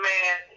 Man